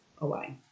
away